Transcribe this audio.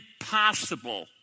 impossible